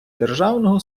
державного